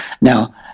now